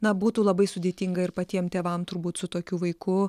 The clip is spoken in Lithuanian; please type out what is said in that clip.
na būtų labai sudėtinga ir patiem tėvam turbūt su tokiu vaiku